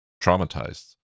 traumatized